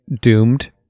doomed